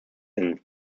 inn